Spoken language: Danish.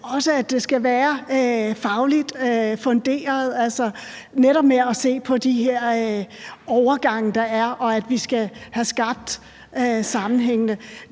også skal være fagligt funderet, altså netop i forbindelse med at se på de overgange, der er, og at vi skal have skabt sammenhængene.